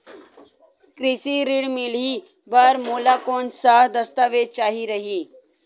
कृषि ऋण मिलही बर मोला कोन कोन स दस्तावेज चाही रही?